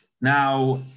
Now